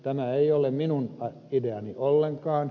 tämä ei ole minun ideani ollenkaan